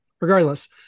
regardless